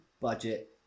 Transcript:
budget